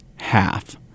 half